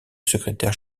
secrétaire